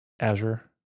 Azure